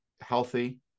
healthy